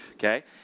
Okay